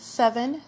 seven